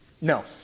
No